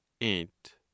eight